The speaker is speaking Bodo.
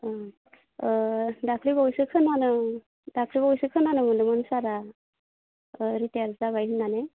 दाख्लैबावैसो खोनादों दाख्लैबावैसो खोनानो मोन्दोंमोन सारआ रिटायार जाबाय होननानै